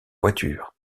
voitures